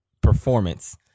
performance